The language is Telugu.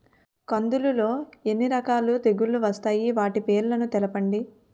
కందులు లో ఎన్ని రకాల తెగులు వస్తాయి? వాటి పేర్లను తెలపండి?